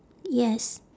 yes